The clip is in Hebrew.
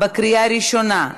בקריאה ראשונה.